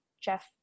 Jeff